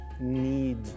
need